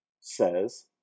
says